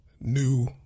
new